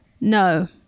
No